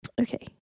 Okay